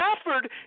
Stafford